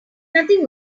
nothing